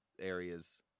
areas